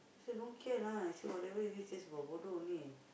so don't care lah I say whatever it is just for bodoh only